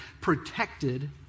protected